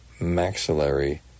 maxillary